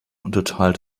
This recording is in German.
unterteilt